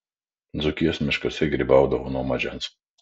dzūkijos miškuose grybaudavau nuo mažens